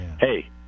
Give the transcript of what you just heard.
hey